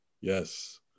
Yes